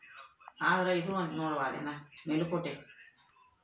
ನನ್ನ ಉತ್ಪನ್ನವಾದ ತೊಗರಿಯ ಕಾಳುಗಳನ್ನು ಹುಳ ಬೇಳದಂತೆ ಹೇಗೆ ರಕ್ಷಿಸಿಕೊಳ್ಳಬಹುದು?